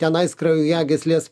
tenais kraujagyslės